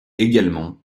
également